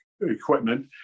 equipment